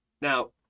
Now